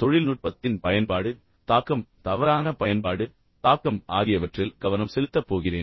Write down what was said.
தொழில்நுட்பத்தின் பயன்பாடு தாக்கம் தவறான பயன்பாடு தாக்கம் ஆகியவற்றில் கவனம் செலுத்தப் போகிறேன்